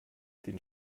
den